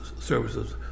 services